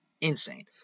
Insane